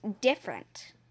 different